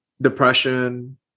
Depression